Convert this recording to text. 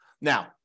Now